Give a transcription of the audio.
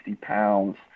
pounds